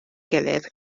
gilydd